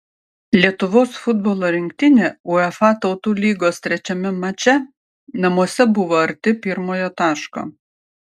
lietuvos futbolo rinktinė uefa tautų lygos trečiame mače namuose buvo arti pirmojo taško